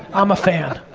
i'm a fan.